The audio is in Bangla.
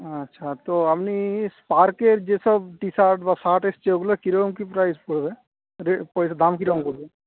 আচ্ছা তো আপনি স্পার্কের যে সব টি শার্ট বা শার্ট এসছে ওগুলো কীরকম কী প্রাইজ পড়বে রেট দাম কীরকম পড়বে